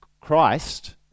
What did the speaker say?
Christ